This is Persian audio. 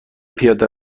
پیاده